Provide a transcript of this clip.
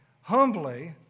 humbly